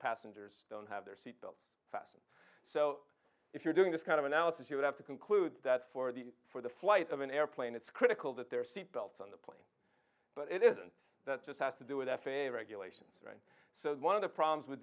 passengers don't have their seat belts fastened so if you're doing this kind of analysis you would have to conclude that for the for the flight of an airplane it's critical that their seat belts on the plane but it isn't that just has to do with f a a regulations so one of the problems with